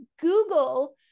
google